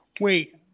Wait